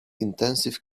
intensive